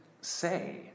say